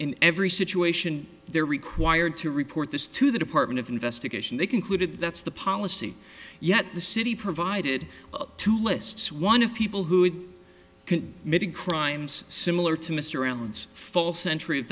in every situation they're required to report this to the department of investigation they concluded that's the policy yet the city provided two lists one of people who would mitigate crimes similar to mr allen's full century of